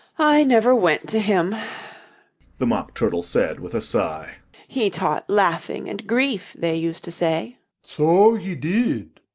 i never went to him the mock turtle said with a sigh he taught laughing and grief, they used to say so he did,